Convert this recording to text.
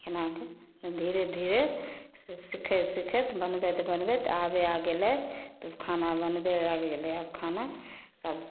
एनाके धीरे धीरे से सिखैत सिखैत बनबैत बनबैत आबे आबि गेलै तऽ ओ खाना बनबे आबि गेलै आब खाना सब